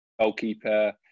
goalkeeper